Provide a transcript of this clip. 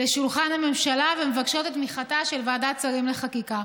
לשולחן הממשלה ומבקשות את תמיכתה של ועדת שרים לחקיקה.